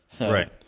Right